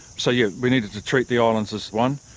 so yes, we needed to treat the islands as one.